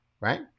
right